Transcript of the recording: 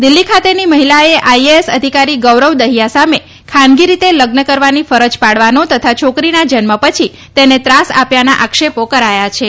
દિલ્હી ખાતેની મહિલાએ આઈએએસ અધિકારી ગૌરવ દહિથા સામે ખાનગી રીતે લગ્ન કરવાની ફરજ પાડવાનો તથા છોકરીના જન્મ પછી તેને ત્રાસ આપ્યાના આક્ષેપો કર્યા છે